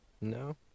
No